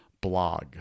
blog